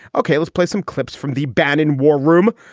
ok, let's play some clips from the bannon war room.